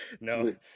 No